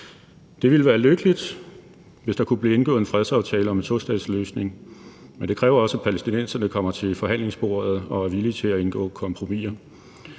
Det ville være lykkeligt, hvis der kunne blive indgået en fredsaftale om en tostatsløsning, men det kræver også, at palæstinenserne kommer til forhandlingsbordet og er villige til at indgå kompromisser.